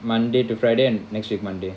monday to friday and next week monday